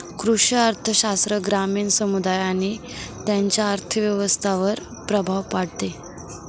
कृषी अर्थशास्त्र ग्रामीण समुदाय आणि त्यांच्या अर्थव्यवस्थांवर प्रभाव पाडते